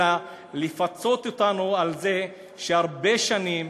אלא צריך לפצות אותנו על זה שהרבה שנים,